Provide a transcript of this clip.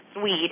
Swede